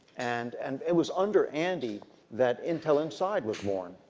and and it was under andy that intel inside was born.